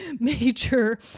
Major